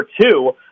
two